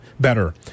better